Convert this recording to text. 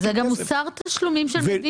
זה גם מוסר תשלומים של מדינה.